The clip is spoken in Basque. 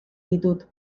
ditut